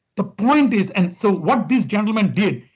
the point is, and so what this gentleman did,